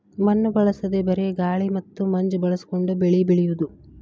ಮಣ್ಣು ಬಳಸದೇ ಬರೇ ಗಾಳಿ ಮತ್ತ ಮಂಜ ಬಳಸಕೊಂಡ ಬೆಳಿ ಬೆಳಿಯುದು